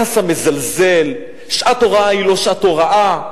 היחס המזלזל, שעת הוראה היא לא שעת הוראה,